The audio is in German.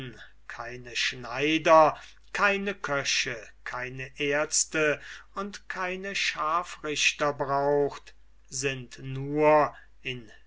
keine schneider keine köche keine ärzte und keine scharfrichter braucht sind nur in